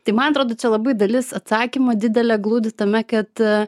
tai man atrodo čia labai dalis atsakymo didelę glūdi tame kad